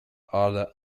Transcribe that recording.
other